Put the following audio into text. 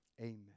amen